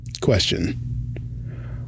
Question